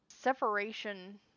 Separation